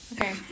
Okay